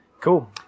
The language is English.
Cool